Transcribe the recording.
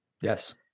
Yes